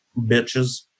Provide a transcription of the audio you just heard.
Bitches